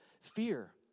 fear